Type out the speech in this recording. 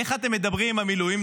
איך אתם מדברים עם המילואימניקים?